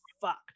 fucked